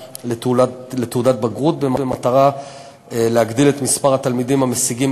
לתעודת בגרות במטרה להגדיל את מספר התלמידים המשיגים